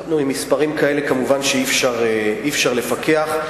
נו, עם מספרים כאלה כמובן שאי-אפשר לפקח.